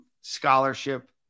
scholarship